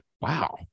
wow